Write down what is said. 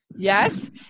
Yes